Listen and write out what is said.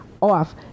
off